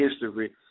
history